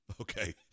Okay